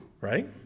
right